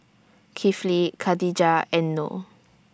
Kifli Khadija and Noh